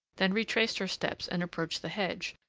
then retraced her steps and approached the hedge,